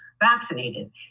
vaccinated